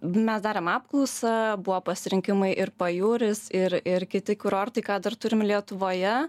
mes darėm apklausą buvo pasirinkimai ir pajūris ir ir kiti kurortai ką dar turim lietuvoje